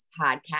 podcast